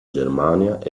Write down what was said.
germania